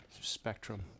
spectrum